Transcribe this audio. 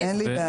אין לי בעיה.